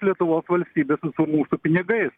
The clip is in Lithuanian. lietuvos valstybės visų mūsų pinigais